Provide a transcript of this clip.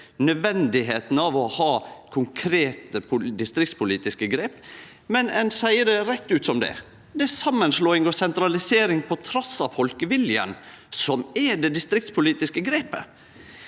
nødvendige av å ha konkrete distriktspolitiske grep, men ein seier det rett ut som det er: Det er samanslåing og sentralisering trass i folkeviljen som er det distriktspolitiske grepet.